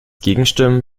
gegenstimmen